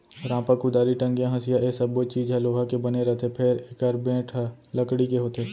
रांपा, कुदारी, टंगिया, हँसिया ए सब्बो चीज ह लोहा के बने रथे फेर एकर बेंट ह लकड़ी के होथे